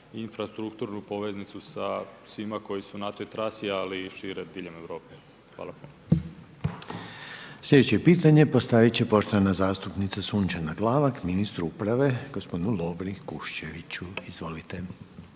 infrastrukturnu poveznicu sa svima koji su na toj trasi, ali i u šire diljem Europe. Hvala. **Reiner, Željko (HDZ)** Sljedeće pitanje postaviti će poštovana zastupnica Sunčana Glavak, ministru uprave, gospodinu Lovri Kuščeviću, izvolite.